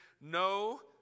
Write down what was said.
no